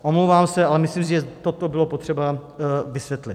Omlouvám se, ale myslím si, že toto bylo potřeba vysvětlit.